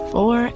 Four